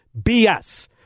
BS